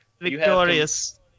Victorious